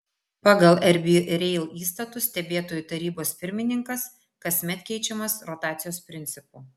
pagal rb rail įstatus stebėtojų tarybos pirmininkas kasmet keičiamas rotacijos principu